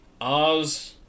Oz